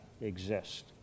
exist